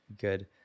good